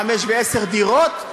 חמש ועשר דירות,